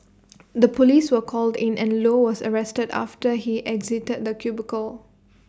the Police were called in and low was arrested after he exited the cubicle